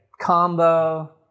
combo